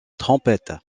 trompette